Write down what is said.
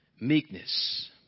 meekness